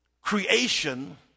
Creation